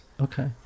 Okay